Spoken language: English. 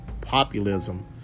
populism